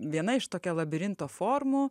viena iš tokia labirinto formų